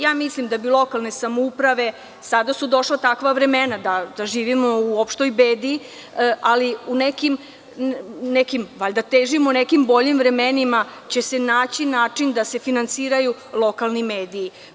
Ja mislim da bi lokalne samouprave, sada su došla takva vremena da živimo u opštoj bedi, ali valjda težimo nekim boljim vremenima će se naći način da se finansiraju lokalni mediji.